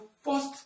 first